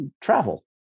travel